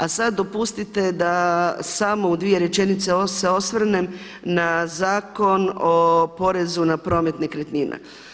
A sada dopustite da samo u dvije rečenice se osvrnem na Zakon o porezu na promet nekretnina.